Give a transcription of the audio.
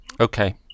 Okay